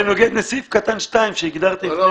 זה נוגד לסעיף קטן (2) שהגדרתי לפני רגע.